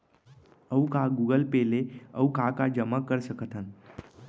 अऊ का का गूगल पे ले अऊ का का जामा कर सकथन?